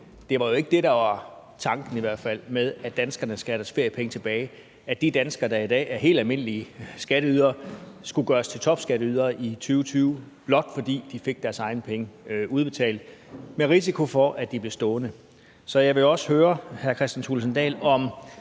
der var tanken med, at danskerne skal have deres feriepenge tilbage, altså at de danskere, der i dag er helt almindelige skatteydere, skulle gøres til topskatteydere i 2020, blot fordi de fik deres egne penge udbetalt, med risiko for, at de blev stående. Så jeg vil høre hr. Kristian Thulesen Dahl, om